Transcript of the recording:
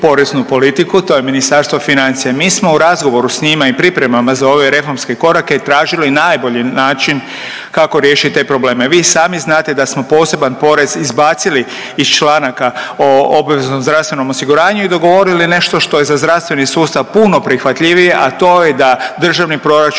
poreznu politiku, to je Ministarstvo financija. Mi smo u razgovoru s njima i pripremama za ove reformske korake tražili najbolji način kako riješiti te probleme. Vi i sami znate da smo poseban porez izbacili iz članaka o obveznom zdravstvenom osiguranju i dogovorili nešto što je za zdravstveni sustav puno prihvatljivije, a to je da državni proračun,